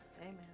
Amen